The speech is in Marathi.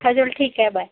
हां चल ठीक आहे बाय